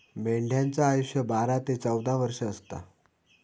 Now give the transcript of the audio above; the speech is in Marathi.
मेंढ्यांचा आयुष्य बारा ते चौदा वर्ष असता